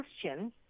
question